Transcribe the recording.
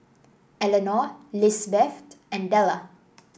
Elenor Lizbeth and Della